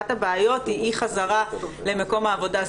אחת הבעיות היא אי חזרה למקום העבודה.